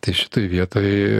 tai šitoj vietoj